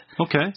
Okay